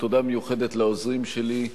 תודה מיוחדת לעוזרים שלי,